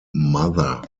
mother